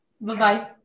Bye-bye